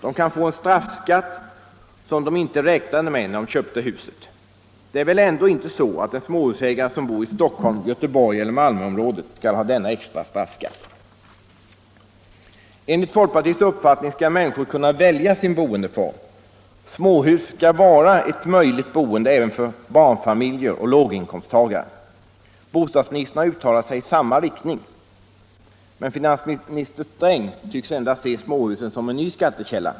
De kan få en straffskatt som de inte räknade med när de köpte huset. Det är väl ändå inte så att en småhusägare som bor i Stockholms-, Göteborgseller Malmöområdet skall ha denna extra straffskatt? Enligt folkpartiets uppfattning skall människor kunna välja sin boendeform. Småhus skall vara en möjlig boendeform även för barnfamiljer och låginkomsttagare. Bostadsministern har uttalat sig i samma riktning. Men finansminister Sträng tycks endast se småhusen som en ny skattekälla.